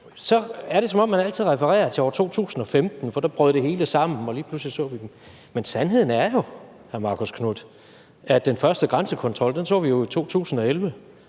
så er det, som om man altid refererer til år 2015, for der brød det hele sammen, og lige pludselig så vi dem. Men sandheden er jo, hr. Marcus Knuth, at den første grænsekontrol så vi i 2011,